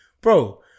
Bro